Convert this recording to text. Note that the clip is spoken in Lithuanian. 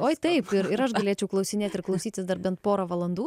oi taip ir aš galėčiau klausinėti ir klausytis dar bent porą valandų